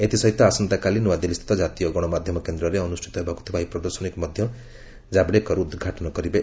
ଏଥିସହିତ ଆସନ୍ତାକାଲି ନ୍ତଆଦିଲ୍ଲୀସ୍ଥିତ କାତୀୟ ଗଣମାଧ୍ୟମ କେନ୍ଦ୍ରରେ ଅନୁଷ୍ଠିତ ହେବାକୁ ଥିବା ଏହି ପ୍ରଦଶନୀକୁ ମଧ୍ୟ ଜାବଡେକର ଉଦ୍ଘାଟନ କରିବେ